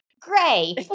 gray